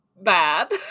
bad